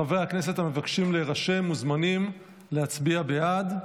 חברי הכנסת המבקשים להירשם מוזמנים להצביע בעד.